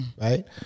right